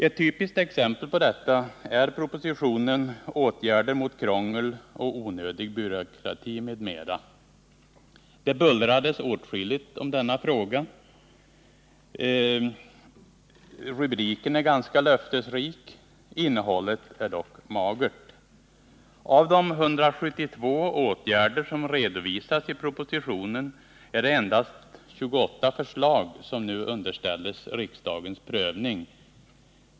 Ett typiskt exempel på detta är propositionen om åtgärder mot krångel och onödig byråkrati m.m. Det bullrades åtskilligt om denna fråga. Rubriken är ganska löftesrik. Innehållet är dock magert. Av de 172 åtgärder som redovisas i propositionen är det endast 28 förslag som nu underställs riksdagens prövning.